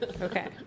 Okay